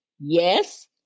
yes